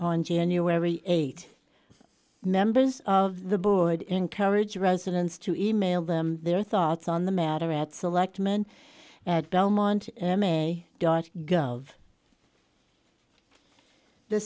on january eighth members of the board encourage residents to email them their thoughts on the matter at selectman at belmont dot gov the